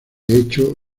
hecho